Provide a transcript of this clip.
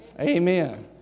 Amen